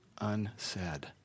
unsaid